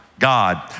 God